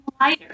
lighter